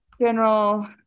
general